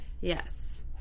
Yes